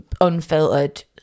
unfiltered